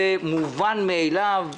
זה מובן מאליו.